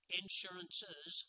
insurances